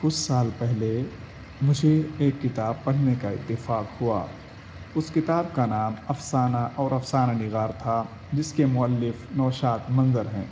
کچھ سال پہلے مجھے ایک کتاب پڑھنے کا اتفاق ہوا اس کتاب کا نام افسانہ اور افسانہ نگار تھا جس کے مؤلف نوشاد منظر ہیں